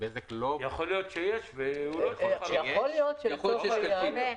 יכול להיות שיש ובזק לא בחרה בהם.